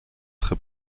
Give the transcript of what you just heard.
très